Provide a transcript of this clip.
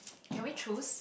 can we choose